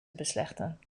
beslechten